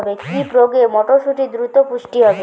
কি প্রয়োগে মটরসুটি দ্রুত পুষ্ট হবে?